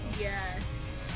Yes